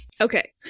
Okay